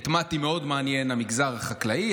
את מטי מאוד מעניין המגזר החקלאי,